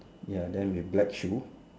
ya then with black shoe